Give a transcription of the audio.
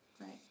right